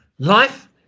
Life